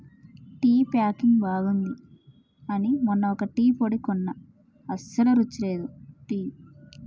tea packing బాగుంది అని మొన్న ఒక టీ పొడి కొన్న అస్సలు రుచి లేదు టీ